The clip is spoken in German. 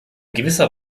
gewisser